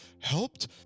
helped